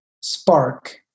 Spark